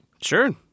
Sure